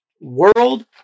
world